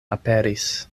aperis